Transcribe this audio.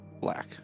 black